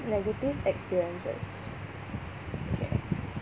negative experiences okay